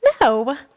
no